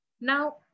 Now